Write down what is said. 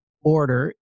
order